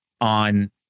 on